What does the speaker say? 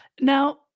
Now